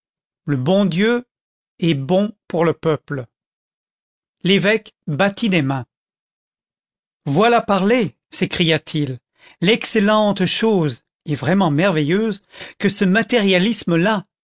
le bon dieu est bon pour le peuple l'évêque battit des mains voilà parler s'écria-t-il l'excellente chose et vraiment merveilleuse que ce matérialisme là